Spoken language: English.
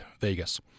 Vegas